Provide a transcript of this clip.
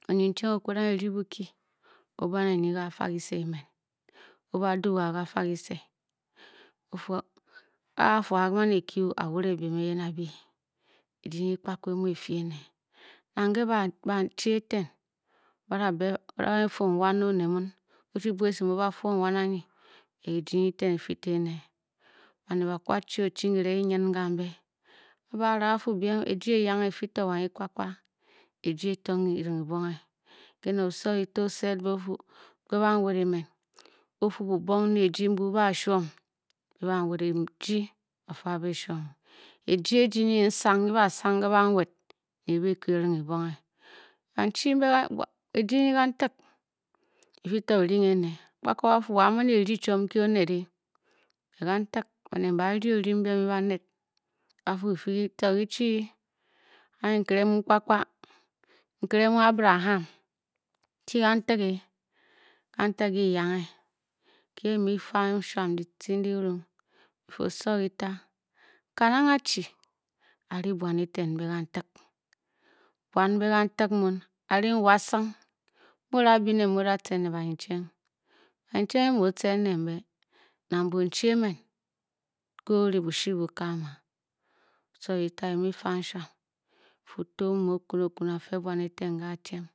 Oyen charik oguda di boki oba lendi ga ke hese men oba doua gafa kese a du a mani que a wouy hem yen abue eji enuye pkakpo amu epke ene na egele ba chi ete baraing fun wan are o'nel emmane o'chi buasen ola fun wan are ye ayi tar afifin war yen ba'nel ba awea chu ne waga yen gam be nwa rar baful aji ayenxh a pello wa oje pka pka oye aji etong kaba bebonge kene o o'r seletor o'r sel bel bet ofu keban wert een ofu chi bo boung le agy baswn le ban wu lege ba far manisom a ge ji ene ba sang le ban wel clunchi embe aji eh kan tep infector inrenge oner kan tep ba'nel amba de odong chom nke ba'nel bafu chom befi kachi inga yen chom pka pka ingle mu Abraham chi kan tegin kan tegin kan Katen kayen nga ba me fa insuma lati indi bolom info osowor ita kalang achi bale wan ette mbe kan tep wan mbe kan tep imu ba leng wasong ora pkele Jen he bayen chick bayen chick embe emu je ne le bee na bou bo may pa inshona osowor ottah omo ogono ogono offer beam eteh aten